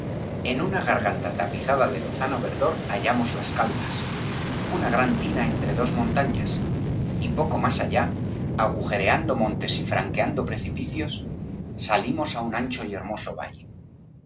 en una garganta tapizada de lozano verdor hallamos las caldas una gran tina entre dos montañas y poco más allá agujereando theros montes y franqueando precipicios salimos á un ancho y hermoso valle